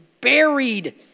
buried